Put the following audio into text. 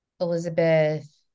Elizabeth